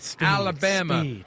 Alabama